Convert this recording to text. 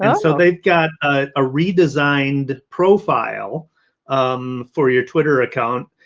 and so they've got a redesigned profile for your twitter account.